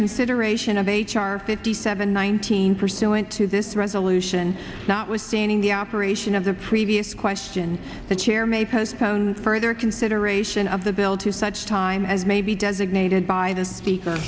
consideration of h r fifty seven nineteen for sewin to this resolution not withstanding the operation of the previous question the chair may postpone further consideration of the bill to such time as may be designated by the speaker